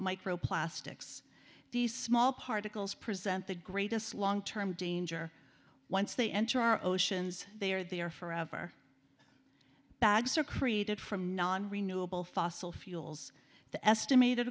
micro plastics these small particles present the greatest long term danger once they enter our oceans they are there forever bags are created from nonrenewable fossil fuels the estimated